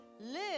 live